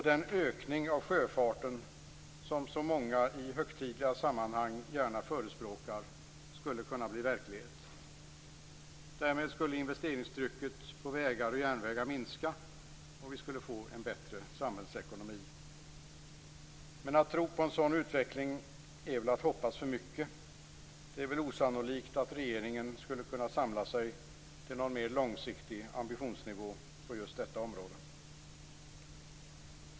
Den ökning av sjöfarten, som så många i högtidliga sammanhang gärna förespråkar, skulle kunna bli verklighet. Därmed skulle investeringstrycket på vägar och järnvägar minska, och vi skulle få en bättre samhällsekonomi. Men att tro på en sådan utveckling är väl att hoppas för mycket. Det är väl osannolikt att regeringen skulle kunna samla sig till någon mer långsiktig ambitionsnivå på just detta område.